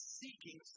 seeking